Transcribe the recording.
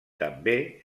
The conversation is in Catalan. també